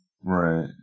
Right